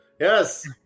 Yes